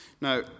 Now